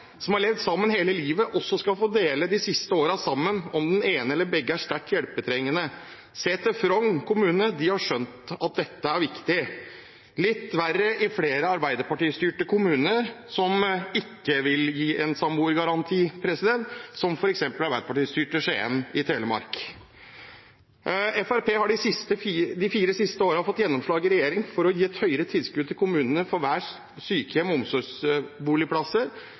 som har levd sammen hele livet, også skal få dele de siste årene selv om den ene eller begge er sterkt hjelpetrengende. Se til Frogn kommune – de har skjønt at dette er viktig. Det er litt verre i flere Arbeiderparti-styrte kommuner som ikke vil gi en samboergaranti, som f.eks. Arbeiderparti-styrte Skien i Telemark. Fremskrittspartiet har de fire siste årene fått gjennomslag i regjeringen for å gi et høyere tilskudd til kommunene for hver sykehjems- og